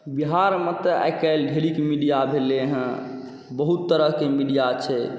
बिहारमे तऽ आइकाल्हि ढेरिक मीडिआ भेलै हँ बहुत तरहके मीडिआ छै